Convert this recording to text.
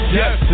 yes